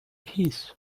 keys